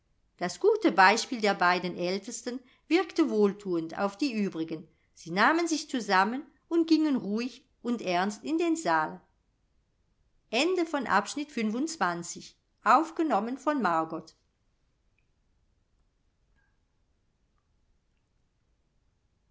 das gute beispiel der beiden aeltesten wirkte wohlthuend auf die übrigen sie nahmen sich zusammen und gingen ruhig und ernst in den saal